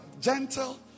gentle